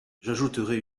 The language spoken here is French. j’ajouterai